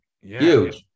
huge